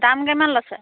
দাম কিমান লৈছে